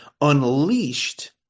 unleashed